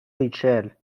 ریچل